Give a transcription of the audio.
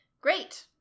Great